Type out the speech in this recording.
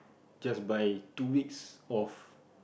just by two weeks of